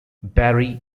barry